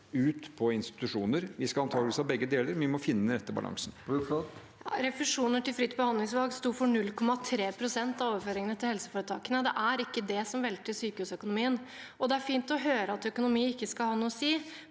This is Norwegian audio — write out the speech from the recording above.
ut på institusjoner. Vi skal antakeligvis ha begge deler, men vi må finne den rette balansen. Sandra Bruflot (H) Refusjoner til fritt behandlingsvalg sto for 0,3 pst. av overføringene til helseforetakene. Det er ikke det som velter sykehusøkonomien. Det er fint å høre at økonomi ikke skal ha noe å si,